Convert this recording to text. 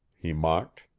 he mocked.